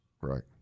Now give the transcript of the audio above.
Right